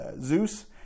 Zeus